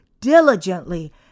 diligently